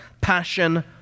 passion